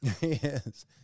Yes